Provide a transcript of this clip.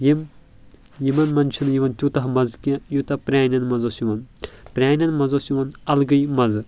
یِم یِمن منٛز چھُنہٕ یِوان تیوٗتاہ مزٕ کینٛہہ یوٗتاہ پرانٮ۪ن منٛز اوس یِوان پرانٮ۪ن منٛز اوس یِوان الگٕے مزٕ